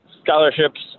scholarships